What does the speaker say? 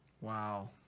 Wow